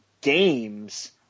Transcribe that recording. games